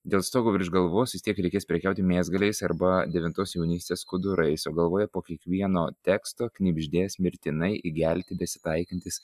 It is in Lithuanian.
dėl stogo virš galvos vis tiek reikės prekiauti mėsgaliais arba devintos jaunystės skudurais galvoje po kiekvieno teksto knibždės mirtinai įgelti besitaikantis